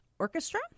Orchestra